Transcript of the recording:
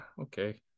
Okay